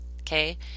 okay